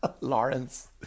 Lawrence